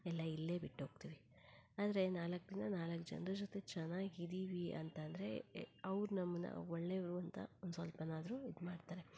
ಎಲ್ಲ ಇಲ್ಲೇ ಬಿಟ್ಟು ಹೋಗ್ತೀವಿ ಆದರೆ ನಾಲ್ಕು ದಿನ ನಾಲ್ಕು ಜನರ ಜೊತೆ ಚೆನ್ನಾಗಿದ್ದೀವಿ ಅಂತಂದರೆ ಅವ್ರು ನಮ್ಮನ್ನು ಒಳ್ಳೇವ್ರು ಅಂತ ಒಂದು ಸ್ವಲ್ಪನಾದರೂ ಇದು ಮಾಡ್ತಾರೆ